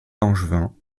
langevin